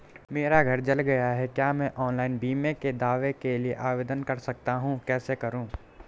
मेरा घर जल गया है क्या मैं ऑनलाइन बीमे के दावे के लिए आवेदन कर सकता हूँ कैसे करूँ?